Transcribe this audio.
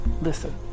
Listen